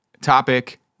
topic